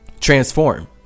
transform